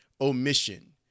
omission